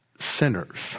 sinners